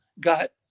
got